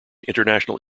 international